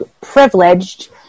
privileged